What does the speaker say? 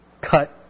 cut